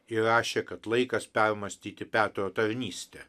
įrašė kad laikas permąstyti petro tarnystę